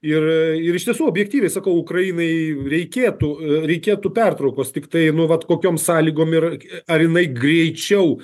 ir ir iš tiesų objektyviai sakau ukrainai reikėtų reikėtų pertraukos tiktai nu vat kokiom sąlygom ir ar jinai greičiau